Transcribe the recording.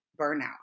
burnout